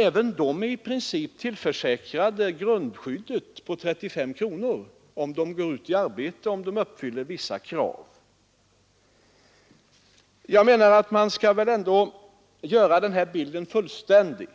Även de är givetvis i princip tillförsäkrade grundskyddet på 35 kronor om de går ut i arbete och om de uppfyller vissa krav. Jag anser att man skall göra bilden fullständig